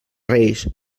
reis